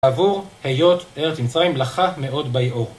עבור היות ארץ מצרים לחה מאוד ביאור.